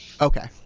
Okay